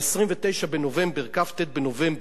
ב-29 בנובמבר, כ"ט בנובמבר,